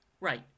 right